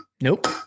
Nope